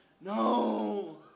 No